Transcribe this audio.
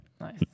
Nice